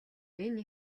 энэ